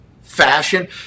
fashion